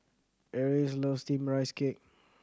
Eris loves Steamed Rice Cake